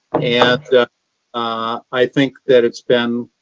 and i think that it's been,